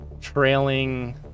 trailing